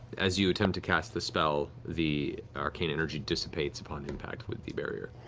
as you attempt to cast the spell, the arcane energy dissipates upon impact with the barrier.